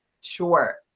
Sure